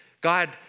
God